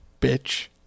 bitch